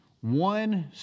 One